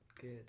good